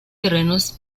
terrenos